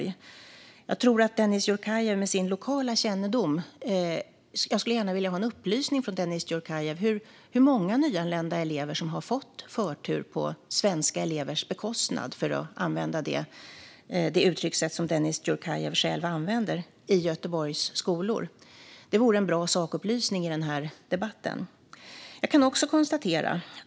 Jag skulle gärna vilja att Dennis Dioukarev, med sin lokala kännedom, ger mig en upplysning om hur många nyanlända elever som har fått förtur i Göteborgs skolor på svenska elevers bekostnad, för att använda det uttryckssätt som Dennis Dioukarev själv använder. Det vore en bra sakupplysning i denna debatt.